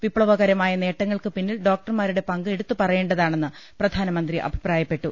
വിപ്ലവകരമായ നേട്ടങ്ങൾക്കുപിന്നിൽ ഡോക്ടർമാരുടെ പങ്ക് എടുത്തുപറയേണ്ടതാണെന്ന് പ്രധാനമന്ത്രി അഭി പ്രായപ്പെട്ടു